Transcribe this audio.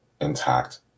intact